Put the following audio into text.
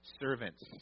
servants